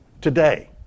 today